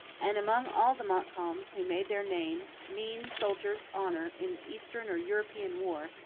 and, among all the montcalms who made their name mean soldier's honour in eastern or european war,